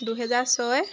দুহেজাৰ ছয়